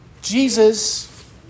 Jesus